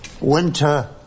Winter